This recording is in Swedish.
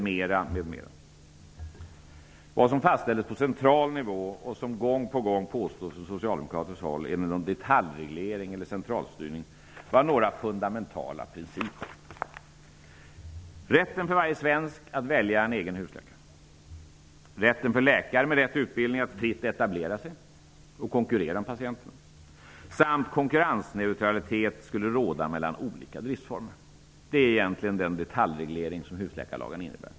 Socialdemokraterna gång på gång påstår är en detaljreglering eller en centralstyrning -- var några fundamentala principer. Det handlade om rätten för varje svensk att välja en egen husläkare, rätten för läkare med rätt utbildning att fritt etablera sig och konkurrera om patienterna samt att konkurrensneutralitet skulle råda mellan olika driftsformer. Det är egentligen den detaljreglering som husläkarlagen innebär.